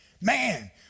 Man